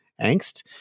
angst